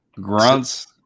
grunts